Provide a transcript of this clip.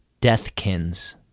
deathkins